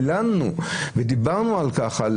הלנו ודיברנו על כך,